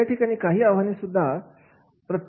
आता या ठिकाणी काही आव्हाने सुद्धा असतात